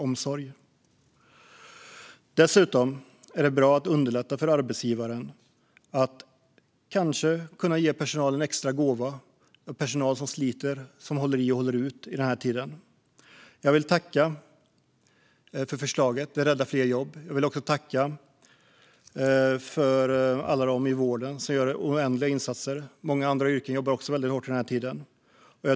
Det är dessutom bra att underlätta för arbetsgivaren att kunna ge personalen en extra gåva, en personal som sliter och håller i och håller ut under denna tid. Jag vill tacka för förslaget. Det räddar fler jobb. Jag vill också tacka alla i vården som gör oändliga insatser. Människor i många andra yrken jobbar också väldigt hårt under denna tid.